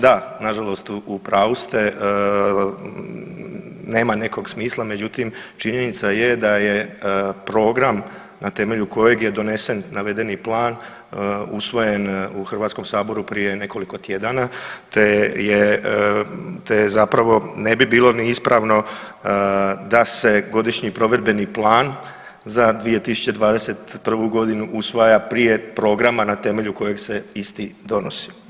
Da, nažalost u pravu ste nema nekog smisla, međutim činjenica je da je program na temelju kojeg je donesen navedeni plan usvojen u HS-u prije nekoliko tjedana te je zapravo ne bi bilo ni ispravno da se Godišnji provedbeni plan za 2021.g. usvaja prije programa na temelju kojeg se isti donosi.